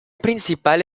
principal